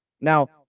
Now